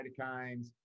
cytokines